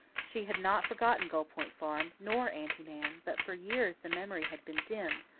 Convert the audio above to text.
she had not forgotten gull point farm, nor aunty nan but for years the memory had been dim,